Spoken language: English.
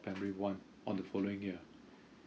primary one on the following year